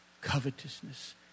covetousness